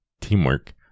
teamwork